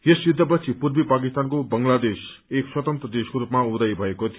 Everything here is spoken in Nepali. यस युद्धपछि पूर्वी पाकिस्तानको बंगलादेश एक स्वतन्त्र देशको स्पमा उदय भएको थियो